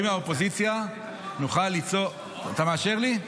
מהאופוזיציה ----- אתה מאשר לי?